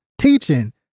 teaching